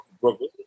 Brooklyn